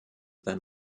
than